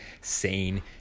sane